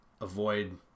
avoid